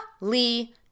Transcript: Lee